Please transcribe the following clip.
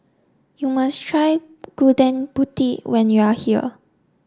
you must try Gudeg Putih when you are here